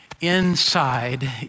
inside